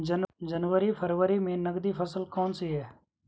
जनवरी फरवरी में नकदी फसल कौनसी है?